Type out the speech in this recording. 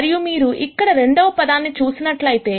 మరియు మీరు ఇక్కడ రెండవ పదాన్ని చూసినట్లయితే